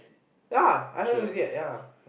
ya I haven't lose it yet ya